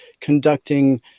conducting